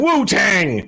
Wu-Tang